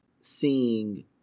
seeing